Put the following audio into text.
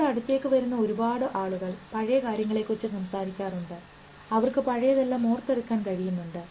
നമ്മുടെ അടുത്തേക്ക് വരുന്ന ഒരുപാട് ആളുകൾ പഴയ കാര്യങ്ങളെ കുറിച്ച് സംസാരിക്കാറുണ്ട് അവർക്ക് പഴയതെല്ലാം ഓർത്തെടുക്കാൻ കഴിയുന്നുണ്ട്